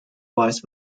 vice